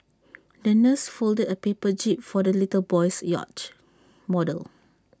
the nurse folded A paper jib for the little boy's yacht model